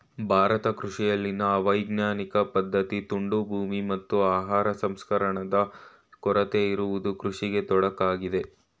ಭಾರತ ಕೃಷಿಯಲ್ಲಿನ ಅವೈಜ್ಞಾನಿಕ ಪದ್ಧತಿ, ತುಂಡು ಭೂಮಿ, ಮತ್ತು ಆಹಾರ ಸಂಸ್ಕರಣಾದ ಕೊರತೆ ಇರುವುದು ಕೃಷಿಗೆ ತೊಡಕಾಗಿದೆ